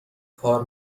کار